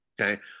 okay